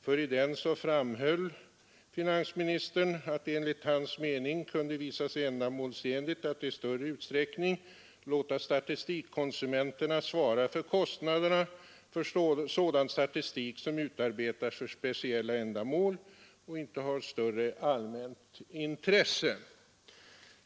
I den framhöll finansministern att enligt hans mening kunde det visa sig ändamålsenligt att i större utsträckning låta statistikkonsumenterna svara för kostnaderna för sådan statistik som utarbetas för speciella ändamål och inte har större allmänt intresse.